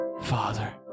father